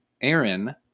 Aaron